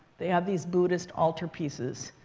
they these buddhist altar pieces.